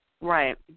Right